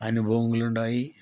അനുഭവങ്ങളുണ്ടായി